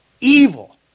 evil